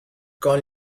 con